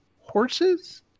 horses